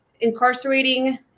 incarcerating